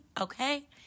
Okay